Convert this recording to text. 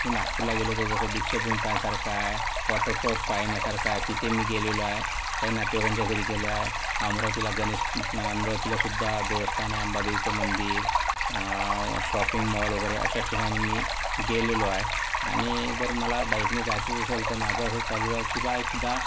नागपूरला गेलो होतो जसं दीक्षाभूमी पाहायसारखं आहे वॉटरफॉल पाहण्यासारखं आहे तिथे मी गेलेलो आहे काही नातेवाईकांच्या घरी गेलेलो आहे अमरावतीला गणेश अमरावतीलासुद्धा देवस्थान आहे अंबादेवीचं मंदिर शॉपिंग मॉल वगैरे अशा ठिकाणी मी गेलेलो आहे आणि जर मला बाईकने जायचंच असेल तर माझं असं चालू आहे की बा एकदा